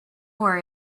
worry